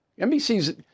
NBC's